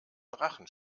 drachen